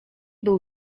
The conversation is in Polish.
był